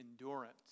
endurance